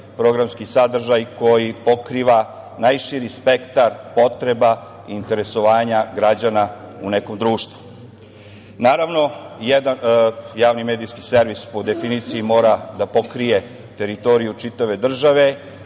programski sadržaj, koji pokriva najširi spektar potreba i interesovanja građana u nekom društvu. Naravno, jedan medijski servis po definiciji mora da pokrije teritoriju čitave države,